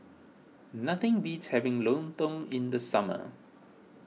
nothing beats having Lontong in the summer